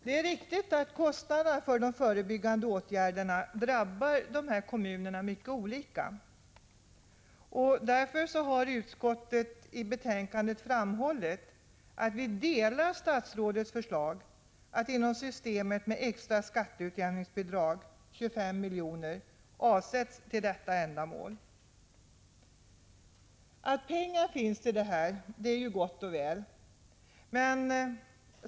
Det är riktigt att kostnaderna för de förebyggande åtgärderna drabbar kommunerna mycket olika. Därför framhåller utskottsmajoriteten i betänkandet att den delar statsrådets förslag att inom systemet med extra skatteutjämningsbidrag 25 milj.kr. avsätts för bidrag till särskilt utsatta kommuner. Att pengar finns är gott och väl.